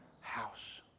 house